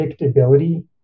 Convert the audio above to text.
predictability